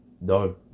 No